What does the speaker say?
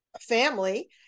family